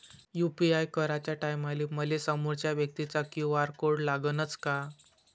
UPI कराच्या टायमाले मले समोरच्या व्यक्तीचा क्यू.आर कोड लागनच का?